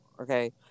okay